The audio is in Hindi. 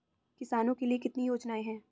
किसानों के लिए कितनी योजनाएं हैं?